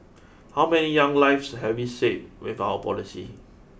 how many young lives have we saved with our policy